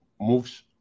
moves